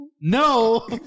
No